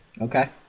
Okay